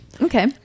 Okay